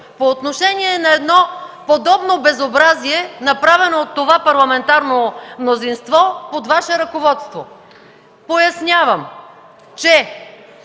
по отношение на едно подобно безобразие, направено от това парламентарно мнозинство под Ваше ръководство. Пояснявам, че